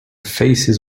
faces